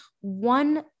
one